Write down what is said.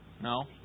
No